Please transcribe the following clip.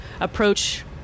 approach